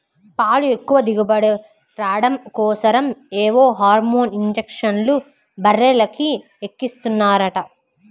పాలు ఎక్కువ దిగుబడి రాడం కోసరం ఏవో హార్మోన్ ఇంజక్షన్లు బర్రెలకు ఎక్కిస్తన్నారంట